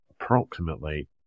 approximately